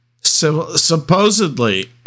supposedly